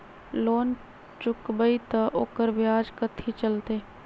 Loan चुकबई त ओकर ब्याज कथि चलतई?